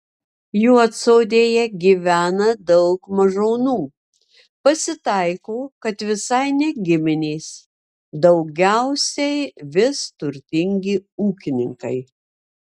juodsodėje gyvena daug mažonų pasitaiko kad visai ne giminės daugiausiai vis turtingi ūkininkai